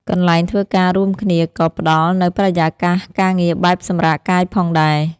កន្លែងធ្វើការរួមគ្នា ក៏ផ្តល់នូវបរិយាកាសការងារបែបសម្រាកកាយផងដែរ។